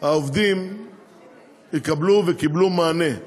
העובדים קיבלו ויקבלו מענה.